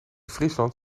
friesland